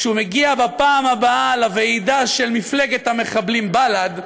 כשהוא מגיע בפעם הבאה לוועידה של מפלגת המחבלים בל"ד,